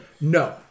no